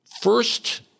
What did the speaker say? first